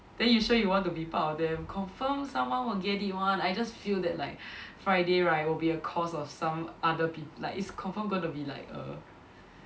then you sure you want to be part of them confirm someone will get it [one] I just feel that like Friday right will be a cost of some other pe~ like it's confirm gonna be like err